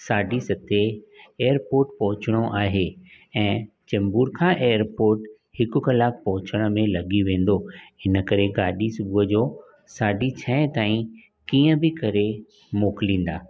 साढी सतें एअरपोर्ट पहुचणो आहे ऐं चेंबूर खां एअरपोर्ट हिकु कलाकु पहुचण में लॻी वेंदो हिन करे गाॾी सुबुह जो साढी छ्हें ताईं कीअं बी करे मोकिलींदा